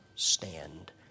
Stand